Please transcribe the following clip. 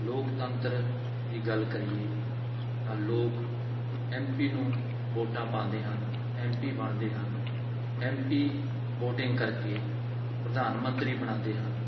ਲੋਕਤੰਤਰ ਦੀ ਗੱਲ ਕਰੀਏ ਤਾਂ ਲੋਕ ਐੱਮ ਪੀ ਨੂੰ ਵੋਟਾਂ ਪਾਉਂਦੇ ਹਨ ਐੱਮ ਪੀ ਬਣਦੇ ਹਨ ਐੱਮ ਪੀ ਵੋਟਿੰਗ ਕਰਕੇ ਪ੍ਰਧਾਨ ਮੰਤਰੀ ਬਣਾਉਂਦੇ ਹਨ